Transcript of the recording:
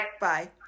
Bye